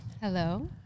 Hello